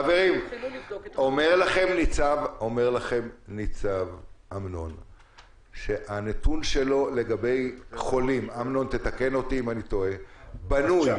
אומר לכם ניצב אמנון שהנתון שלו לגבי הפרה של חולים בנוי